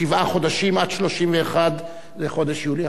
לשבעה חודשים, עד 31 בחודש יולי.